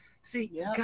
See